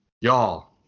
Y'all